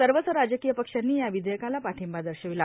सर्वच राजकीय पक्षांनी या विधेयकाला पाठिंबा दर्शविला